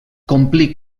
complí